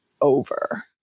over